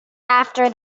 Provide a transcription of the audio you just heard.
after